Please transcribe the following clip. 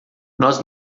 nós